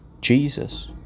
Jesus